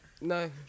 no